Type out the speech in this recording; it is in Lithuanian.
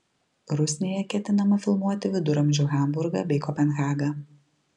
rusnėje ketinama filmuoti viduramžių hamburgą bei kopenhagą